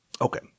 Okay